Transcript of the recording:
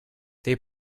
they